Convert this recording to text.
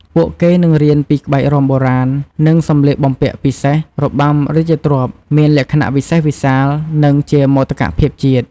ពួកគេនឹងរៀនពីក្បាច់រាំបុរាណ និងសំលៀកបំពាក់ពិសេស របាំរាជទ្រព្យមានលក្ខណៈវិសេសវិសាល និងជាមោទកភាពជាតិ។